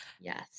Yes